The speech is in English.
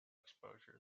exposure